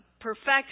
perfection